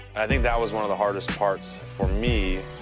i think that was one of the hardest parts, for me.